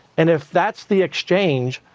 and, if that's the exchange,